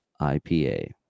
IPA